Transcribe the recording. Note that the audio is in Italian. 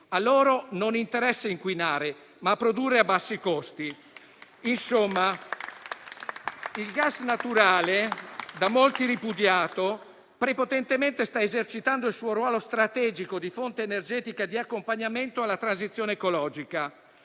A loro interessa non inquinare, ma produrre a bassi costi. Insomma, il gas naturale, da molti ripudiato, prepotentemente sta esercitando il suo ruolo strategico di fonte energetica di accompagnamento alla transizione ecologica.